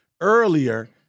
earlier